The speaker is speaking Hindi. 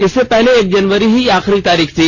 इससे पहले एक जनवरी ही आखिरी तारीख थी